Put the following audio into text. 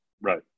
right